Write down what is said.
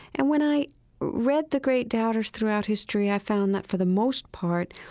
and when i read the great doubters throughout history, i found that, for the most part,